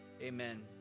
Amen